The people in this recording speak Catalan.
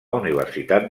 universitat